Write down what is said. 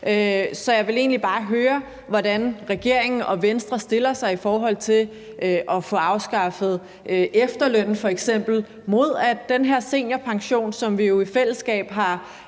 Så jeg vil egentlig bare høre, hvordan regeringen og Venstre stiller sig i forhold til f.eks. at få afskaffet efterlønnen, mod at den her seniorpension, som vi jo i fællesskab har